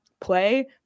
play